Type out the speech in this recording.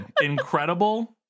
Incredible